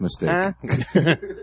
mistake